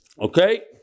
Okay